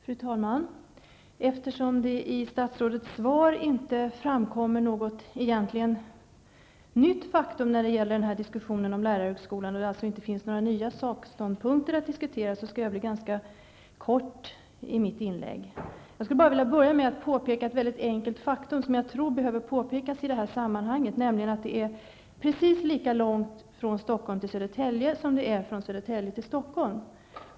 Fru talman! Eftersom det i statsrådets svar inte framkommer något nytt när det gäller diskussionen om lärarhögskolan, och det därför inte finns inte några nya ståndpunkter att diskutera, skall jag bli kortfattad i mitt inlägg. Jag vill börja med att påpeka ett faktum i sammanhanget. Det är precis lika långt från Stockholm till Södertälje som det är från Södertälje till Stockholm.